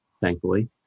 thankfully